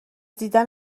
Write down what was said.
دیدن